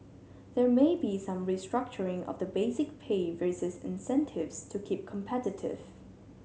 there may be some restructuring of the basic pay versus incentives to keep competitive